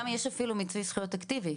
לכולם יש אפילו מיצוי זכויות אקטיבי,